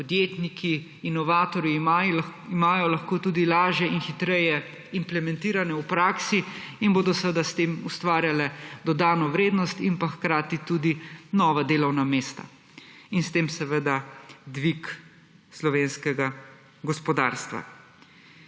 podjetniki, inovatorji imajo, lahko tudi lažje in hitreje implementirane v praksi in bodo s tem ustvarjale dodano vrednost in pa hkrati tudi nova delovna mesta in s tem seveda dvig slovenskega gospodarstva.